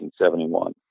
1971